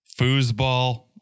foosball